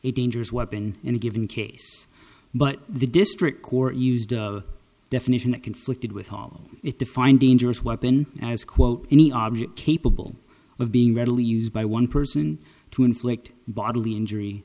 a dangerous weapon in a given case but the district court used a definition that conflicted with all it define dangerous weapon as quote any object capable of being readily used by one person to inflict bodily injury